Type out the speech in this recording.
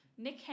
Nick